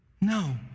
No